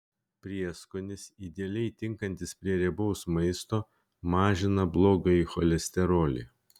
prieskonis idealiai tinkantis prie riebaus maisto mažina blogąjį cholesterolį